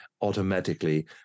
automatically